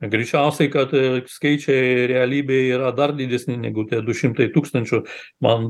greičiausiai kad skaičiai realybėj yra dar didesni negu tie du šimtai tūkstančių man